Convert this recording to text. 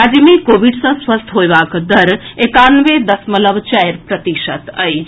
राज्य मे कोविड सँ स्वस्थ होएबाक दर एकानवे दशमलव चारि प्रतिशत अछि